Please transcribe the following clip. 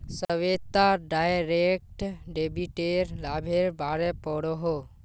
Shweta direct डेबिटेर लाभेर बारे पढ़ोहो